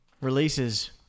Releases